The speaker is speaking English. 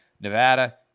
Nevada